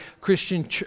christian